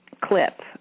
clip